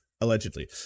allegedly